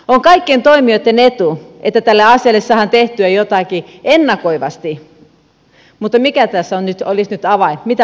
on kaikkien toimijoitten etu että tälle asialle saadaan tehtyä jotakin ennakoivasti mutta mikä tässä olisi nyt avain mitä olisi tehtävä